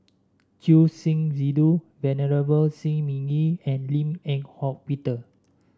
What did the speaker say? Choor Singh Sidhu Venerable Shi Ming Yi and Lim Eng Hock Peter